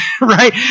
Right